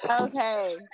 okay